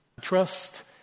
trust